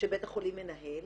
שבית החולים מנהל.